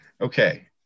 Okay